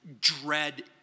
dread